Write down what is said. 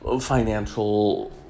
financial